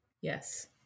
yes